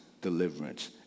deliverance